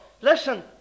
Listen